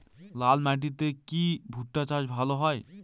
লাল মাটিতে কি ভুট্টা চাষ ভালো হয়?